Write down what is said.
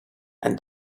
and